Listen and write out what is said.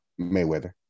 Mayweather